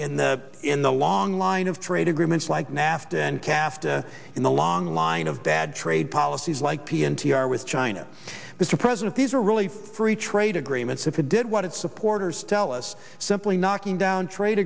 in the in the long line of trade agreements like nafta and cast in the long line of bad trade policies like p n t r with china mr president these are really free trade agreements if it did what its supporters tell us simply knocking down trade